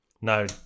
no